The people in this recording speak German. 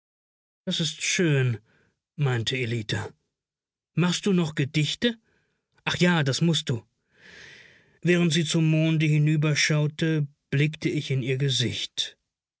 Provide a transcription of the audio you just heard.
das ist schön meinte ellita machst du noch gedichte ach ja das mußt du während sie zum monde hinüberschaute blickte ich in ihr gesicht